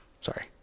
Sorry